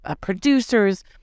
producers